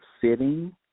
sitting